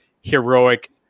heroic